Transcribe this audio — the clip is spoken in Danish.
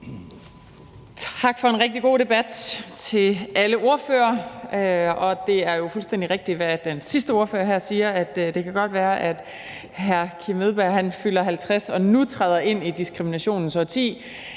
Tak for en rigtig god debat til alle ordførere. Det er jo fuldstændig rigtigt, hvad den sidste ordfører her siger, nemlig at det godt kan være, at ordføreren, altså hr. Kim Edberg Andersen, fylder 50 år og nu træder ind i diskriminationens årti,